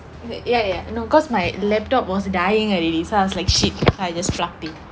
okay ya ya no because my laptop was dying already so I was like shit I just fluffy